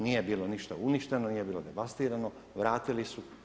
Nije bilo ništa uništeno, nije bilo devastirano, vratili su.